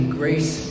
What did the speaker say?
grace